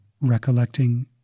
recollecting